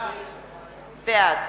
בעד